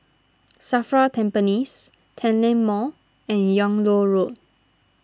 Safra Tampines Tanglin Mall and Yung Loh Road